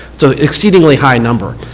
so exceedingly high number.